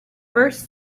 first